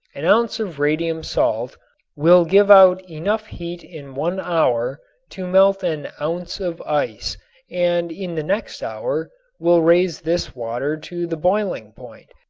an ounce of radium salt will give out enough heat in one hour to melt an ounce of ice and in the next hour will raise this water to the boiling point,